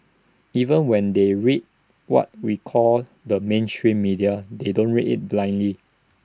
even when they read what we call the mainstream media they don't read IT blindly